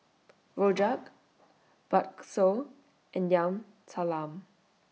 Rojak Bakso and Yam Talam